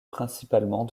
principalement